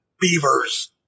beavers